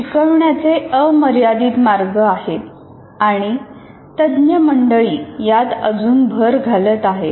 शिकवण्याचे अमर्यादित मार्ग आहेत आणि तज्ञ मंडळी यात अजून भर घालत आहेत